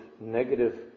negative